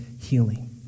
healing